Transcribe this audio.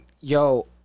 yo